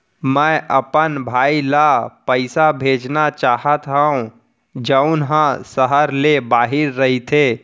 मै अपन भाई ला पइसा भेजना चाहत हव जऊन हा सहर ले बाहिर रहीथे